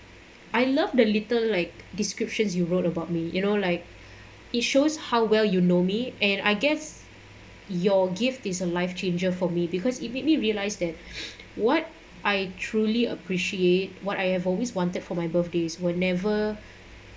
I love the little like descriptions you wrote about me you know like it shows how well you know me and I guess your gift is a life changer for me because it made me realise that what I truly appreciate what I have always wanted for my birthdays were never